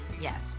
Yes